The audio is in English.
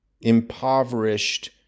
impoverished